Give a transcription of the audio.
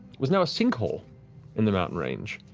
was now a sinkhole in the mountain range,